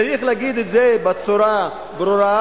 צריך להגיד את זה בצורה ברורה,